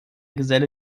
geselle